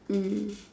mm